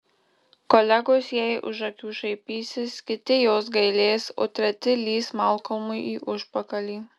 kolegos jai už akių šaipysis kiti jos gailės o treti lįs malkolmui į užpakalį